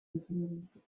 развернутых